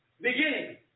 Beginning